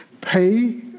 Pay